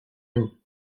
une